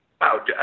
Wow